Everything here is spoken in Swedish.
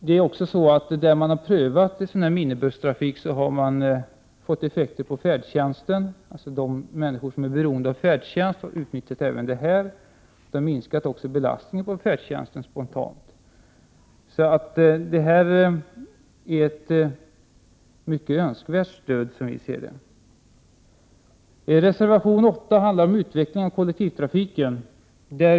Där man har prövat minibusstrafik har man också konstaterat effekter på färdtjänsten. De människor som är beroende av färdtjänst har också utnyttjat minibussarna, varvid också belastningen på färdtjänsten har minskat. Det här är ett mycket önskvärt stöd, som vi ser det. Reservation 8 handlar om utvecklingen av kollektivtrafiken.